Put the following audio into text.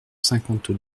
cinquante